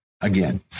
again